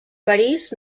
parís